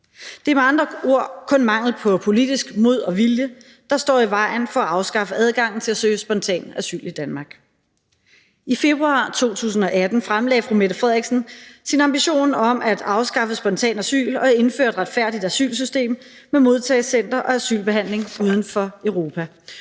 Det er med andre ord kun mangel på politisk mod og vilje, der står i vejen for at afskaffe adgangen til at søge spontan asyl i Danmark. I februar 2018 fremlagde fru Mette Frederiksen sin ambition om at afskaffe spontan asyl og indføre et retfærdigt asylsystem med modtagecentre og asylbehandling uden for Europa.